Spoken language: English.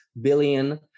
billion